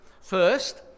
First